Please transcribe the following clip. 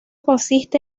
consiste